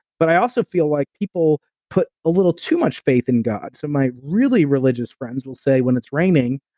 but i also feel like people put a little too much faith in god. so my really religious friends will say when it's raining,